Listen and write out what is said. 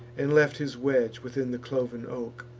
and left his wedge within the cloven oak,